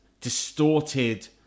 distorted